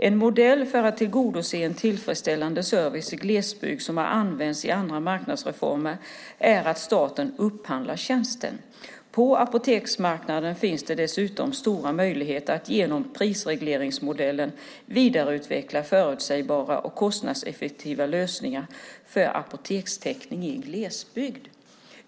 En modell för att tillgodose tillfredsställande service i glesbygd som har använts i andra marknadsreformer är att staten upphandlar tjänsten. På apoteksmarknaden finns det dessutom stora möjligheter att genom prisregleringsmodellen vidareutveckla förutsägbara och kostnadseffektiva lösningar för apotekstäckning i glesbygd.